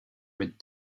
with